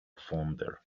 fonder